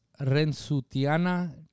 Rensutiana